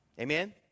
Amen